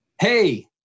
hey